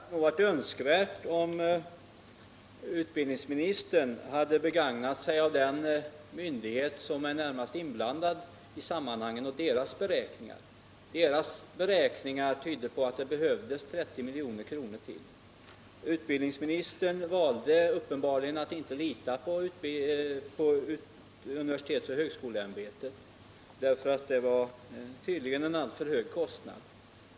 Herr talman! Det hade varit önskvärt att utbildningsministern hade begagnat sig av de beräkningar som gjorts av den myndighet som är närmast inblandad i sammanhanget. Dess beräkningar tyder på att det behövdes 30 milj.kr. till. Utbildningsministern valde uppenbarligen att inte lita på universitetsoch högskoleämbetet, eftersom det tydligen gällde en alltför hög kostnad.